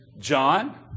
John